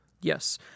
Yes